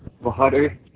water